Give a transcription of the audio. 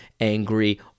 angry